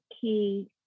key